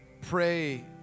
pray